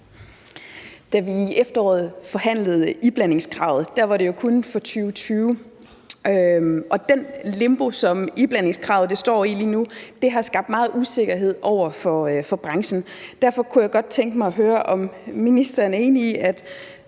Da vi i efteråret forhandlede om iblandingskravet, var det jo kun for 2020, og den limbo, som det med iblandingskravet står i lige nu, har skabt stor usikkerhed for branchen. Derfor kunne jeg godt tænke mig at høre, om ministeren er enig i,